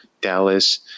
Dallas